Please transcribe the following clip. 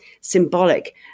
symbolic